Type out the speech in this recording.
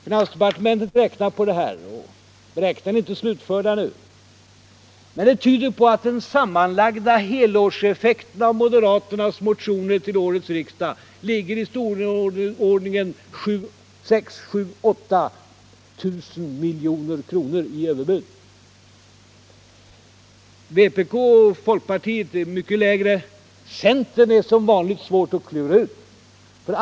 Finansdepartementet har räknat ut att den sammanlagda helårseffekten av moderaternas motioner till årets riksdag innebär en budgetförsvagning på 6-8 miljarder kronor genom minskade inkomster och ökade utgifter för staten. Beräkningen är dock inte slutförd ännu. Vpk och folkpartiet ligger på en mycket lägre nivå. Var centern ligger är det som vanligt svårt att lista ut.